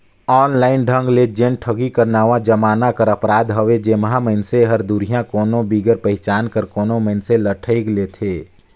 online ढंग ले जेन ठगी हर नावा जमाना कर अपराध हवे जेम्हां मइनसे हर दुरिहां कोनो बिगर पहिचान कर कोनो मइनसे ल ठइग लेथे